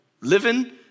living